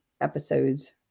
episodes